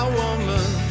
woman